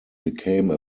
became